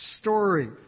story